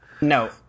No